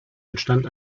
entstand